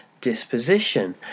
disposition